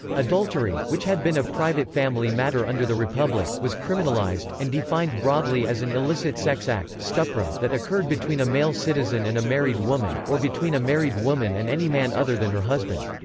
adultery, which had been a private family matter under the republic, was criminalized, and defined broadly as an illicit sex act um that occurred between a male citizen and a married woman, or between a married woman and any man other than her husband.